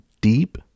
deep